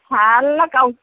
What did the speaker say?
थाल्ला गावजोबदों